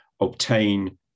obtain